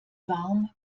warm